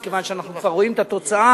מכיוון שאנחנו כבר רואים את התוצאה.